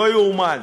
לא יאומן.